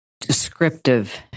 descriptive